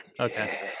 Okay